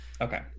okay